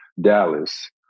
Dallas